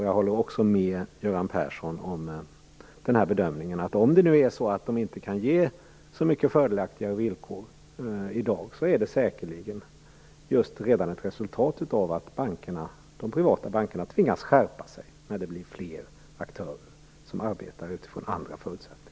Jag håller också med Göran Persson om bedömningen att om Kommuninvest inte kan ge så mycket fördelaktigare villkor i dag är det säkerligen just ett resultat av att de privata bankerna tvingas skärpa sig när det blir fler aktörer som arbetar utifrån andra förutsättningar.